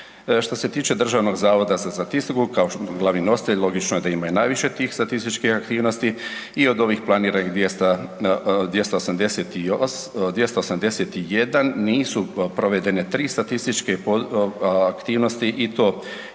Što se tiče Državnog zavoda za statistiku kao glavni nositelj logično je da ima i najviše tih statističkih aktivnosti i od ovih planiranih 200, 281, nisu provedene 3 statističke aktivnosti i to iz